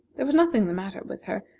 there was nothing the matter with her,